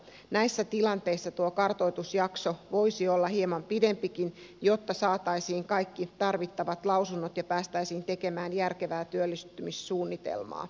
näissä tilanteissa tuo kartoitusjakso voisi olla hieman pidempikin jotta saataisiin kaikki tarvittavat lausunnot ja päästäisiin tekemään järkevää työllistymissuunnitelmaa